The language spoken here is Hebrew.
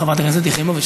חברת הכנסת יחימוביץ,